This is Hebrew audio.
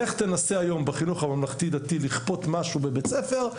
לך תנסה היום בחינוך הממלכתי-דתי לכפות משהו בבית ספר,